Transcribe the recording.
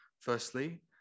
firstly